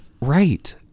Right